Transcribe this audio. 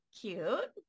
cute